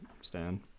stand